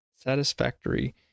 Satisfactory